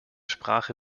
sprache